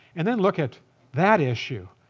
and then look at that issue,